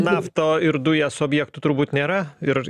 nafto ir dujas objektų turbūt nėra ir